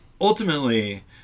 ultimately